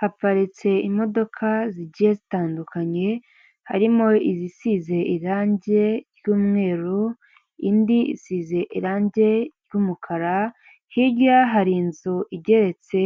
Haparitse imodoka zigiye zitandukanye, harimo izisize irangi ry'umweru, indi isize irangi ry'umukara, hirya hari inzu igeretse